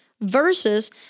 versus